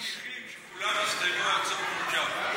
שכולם יסתיימו עד סוף המושב.